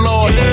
Lord